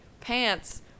pants